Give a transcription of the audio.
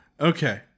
Okay